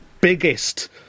biggest